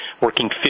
working